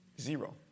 Zero